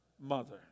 mother